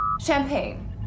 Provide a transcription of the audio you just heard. Champagne